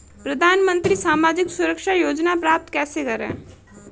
प्रधानमंत्री सामाजिक सुरक्षा योजना प्राप्त कैसे करें?